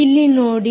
ಇಲ್ಲಿ ನೋಡಿ